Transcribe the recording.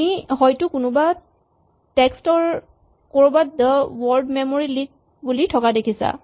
তুমি হয়তো কোনোবা টেক্স্ট ৰ ক'ৰবাত দ ৱৰ্ড মেমৰী লিক বুলি থকা দেখিছা